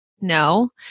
No